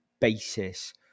basis